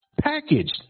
Packaged